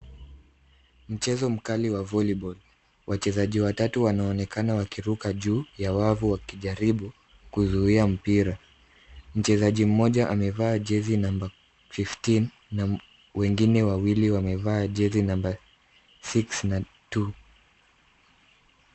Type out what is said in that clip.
Mchezo mkali wa volleyball . Wachezaji watatu wanaonekana wakiruka juu ya wavu wakijaribu kuzuia mpira. Mchezaji mmoja amevaa jezi namba fifteen na wengine wawili wamevaa jezi namba six na two .